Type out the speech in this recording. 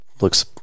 looks